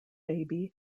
baby